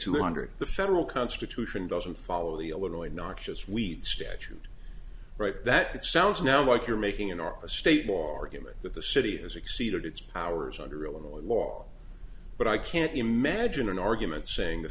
two hundred the federal constitution doesn't follow the illinois noxious weed statute right that it sounds now like you're making in our state more argument that the city has exceeded its powers under illinois law but i can't imagine an argument saying the